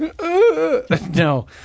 No